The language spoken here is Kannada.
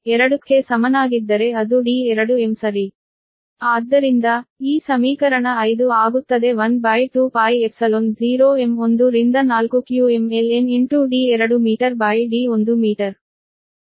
ಆದ್ದರಿಂದ ಇಲ್ಲಿ ಅದೇ 12πε0 m 1 ರಿಂದ 4 ಕ್ಕೆ ಸಮನಾಗಿರುತ್ತದೆ ಮತ್ತು ಇಲ್ಲಿ k ಎಂಬುದು 1 ಮತ್ತು I 2 ಕ್ಕೆ ಸಮನಾಗಿರುತ್ತದೆ